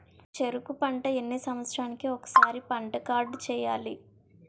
చెరుకు పంట ఎన్ని సంవత్సరాలకి ఒక్కసారి పంట కార్డ్ చెయ్యాలి?